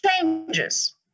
changes